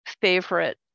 favorite